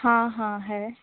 हाँ हाँ है